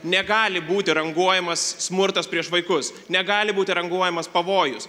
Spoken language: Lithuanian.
negali būti ranguojamas smurtas prieš vaikus negali būti ranguojamas pavojus